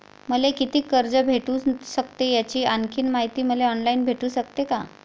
मले कितीक कर्ज भेटू सकते, याची आणखीन मायती मले ऑनलाईन भेटू सकते का?